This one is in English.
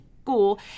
school